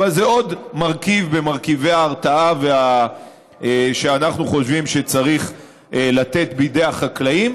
אבל זה עוד מרכיב במרכיבי ההרתעה שאנחנו חושבים שצריך לתת בידי החקלאים.